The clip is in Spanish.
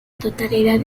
totalidad